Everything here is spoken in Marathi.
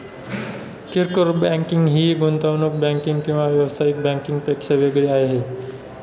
किरकोळ बँकिंग ही गुंतवणूक बँकिंग किंवा व्यावसायिक बँकिंग पेक्षा वेगळी आहे